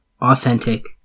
authentic